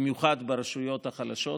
במיוחד ברשויות החלשות.